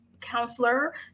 counselor